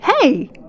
hey